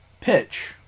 Pitch